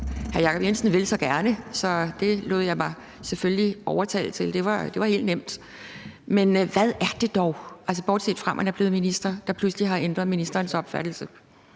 hr. Jacob Jensen vil så gerne. Så det lod jeg mig selvfølgelig overtale til. Det var helt nemt. Men hvad er det dog, altså bortset fra at man er blevet minister, der pludselig har ændret ministerens opfattelse?